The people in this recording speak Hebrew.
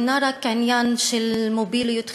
אינה רק עניין של מוביליות חברתית,